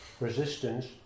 resistance